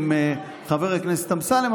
עם חבר הכנסת אמסלם,